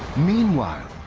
meanwhile,